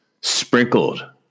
sprinkled